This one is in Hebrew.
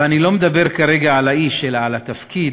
ואני לא מדבר כעת על האיש אלא על התפקיד,